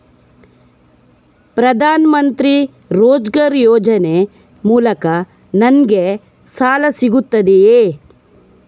ಪ್ರದಾನ್ ಮಂತ್ರಿ ರೋಜ್ಗರ್ ಯೋಜನೆ ಮೂಲಕ ನನ್ಗೆ ಸಾಲ ಸಿಗುತ್ತದೆಯೇ?